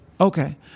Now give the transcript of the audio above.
Okay